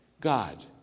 God